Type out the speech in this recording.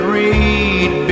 read